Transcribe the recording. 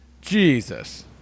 Jesus